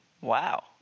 Wow